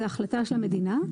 זה החלטה של המדינה,